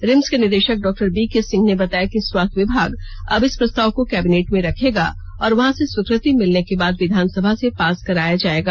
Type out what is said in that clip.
RIMS के निदेषक डॉ बीके सिंह ने बताया कि स्वास्थ्य विभाग अब इस प्रस्ताव को कैबिनेट में रखेगा और वहां से स्वीकृति मिलने के बाद विधानसभा से पास कराया जायेगा